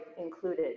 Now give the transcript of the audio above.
included